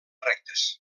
rectes